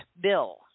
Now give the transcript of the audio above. bill